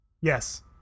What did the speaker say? yes